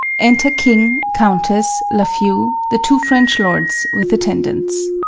enter king, countess, lafeu, the two french lords, with attendants